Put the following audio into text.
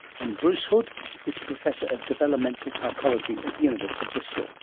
and bruce hood is professor of developmental psychology at the university of bristol